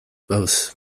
both